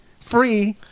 Free